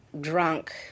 drunk